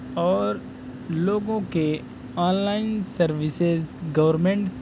اور لوگوں کے آن لائن سروسز گورنمنٹس